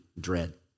dread